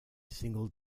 single